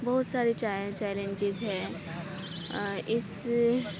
بہت ساری چیلنجیز ہے اِس